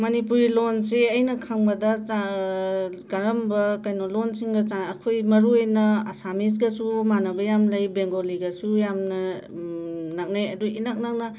ꯃꯅꯤꯄꯨꯔꯤ ꯂꯣꯟꯁꯦ ꯑꯩꯅ ꯈꯪꯕꯗ ꯆꯥ ꯀꯔꯝꯕ ꯀꯩꯅꯣ ꯂꯣꯟꯁꯤꯡꯅ ꯆꯥꯅ ꯑꯩꯈꯣꯏ ꯃꯔꯨ ꯑꯣꯏꯅ ꯑꯁꯥꯃꯤꯁꯀꯁꯨ ꯃꯥꯟꯅꯕ ꯌꯥꯝ ꯂꯩ ꯕꯦꯡꯒꯣꯂꯤꯒꯁꯨ ꯌꯥꯝꯅ ꯅꯛꯅꯩ ꯑꯗꯣ ꯏꯅꯛ ꯅꯛꯅ